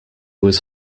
was